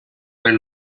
per